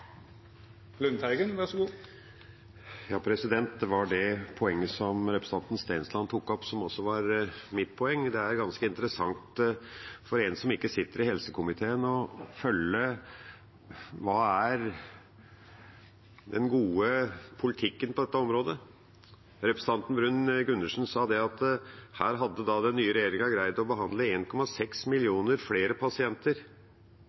Det var det poenget som representanten Stensland tok opp, som også er mitt poeng. Det er ganske interessant for en som ikke sitter i helse- og omsorgskomiteen, å følge med på hva som er den gode politikken på dette området. Representanten Bruun-Gundersen sa her at den nye regjeringa hadde greid å behandle 1,6 millioner flere pasienter, i motsetning til at Arbeiderpartiet i 2017 hadde en